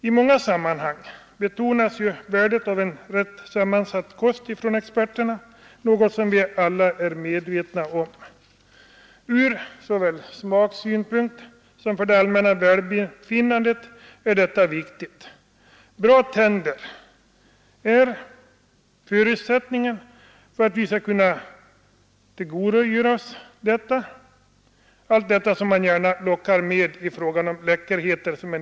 I många sammanhang betonas ju av experterna vikten av en rätt sammansatt kost, något som vi alla är medvetna om. Ur smaksynpunkt och även för det allmänna välbefinnandet är detta viktigt. Bra tänder är förutsättningen för att vi skall kunna tillgodogöra oss allt som man gärna lockar med i fråga om ”läckerheter”.